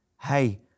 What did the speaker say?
Hey